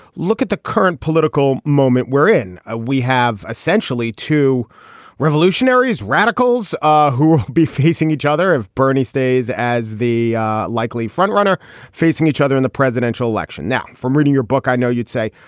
look at the current political moment we're in. ah we have essentially two revolutionaries, radicals ah who will be facing each other if bernie stays as the likely frontrunner facing each other in the presidential election. now, from reading your book, i know you'd say,